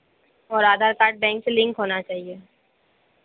और Aadhaar card bank से link होना चाहिए